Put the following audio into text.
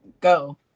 go